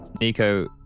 Nico